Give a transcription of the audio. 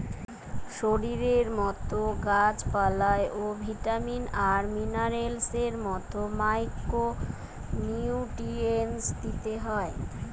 শরীরের মতো গাছ পালায় ও ভিটামিন আর মিনারেলস এর মতো মাইক্রো নিউট্রিয়েন্টস দিতে হয়